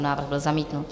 Návrh byl zamítnut.